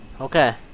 Okay